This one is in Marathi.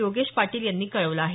योगेश पाटील यांनी कळवलं आहे